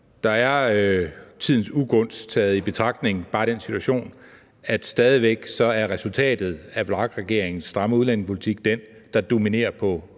Der er tidens ugunst taget i betragtning bare den situation, at det stadig væk er resultatet af VLAK-regeringens stramme udlændingepolitik, der dominerer i